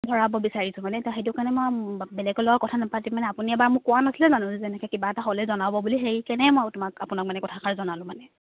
ধৰা মই বিচাৰিছাঁ মানে তা সেইটো কাৰণে মই বেলেগৰ লগত কথা নাপাতিম মানে আপুনি এবাৰ মোক কোৱা নাছিলে জানো যেনেকে কিবা এটা হ'লে জনাব বুলি সেইকাৰণে মই তোমাক আপোনাক মানে কথাষাৰ জনালোঁ মানে